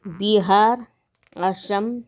Bihar Assam